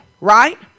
Right